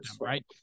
Right